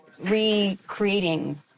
recreating